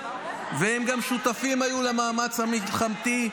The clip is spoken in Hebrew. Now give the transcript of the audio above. והם גם היו שותפים למאמץ המלחמתי.